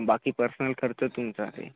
बाकी पर्सनल खर्च तुमचं आहे